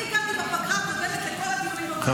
אני הגעתי בפגרה הקודמת לכל הדיונים בוועדות.